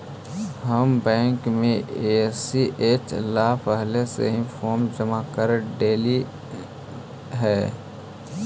हम बैंक में ई.सी.एस ला पहले से ही फॉर्म जमा कर डेली देली हल